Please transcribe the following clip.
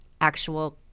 actual